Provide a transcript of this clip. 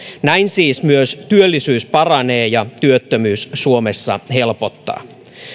näin siis myös työllisyys paranee ja työttömyys suomessa helpottaa